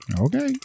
Okay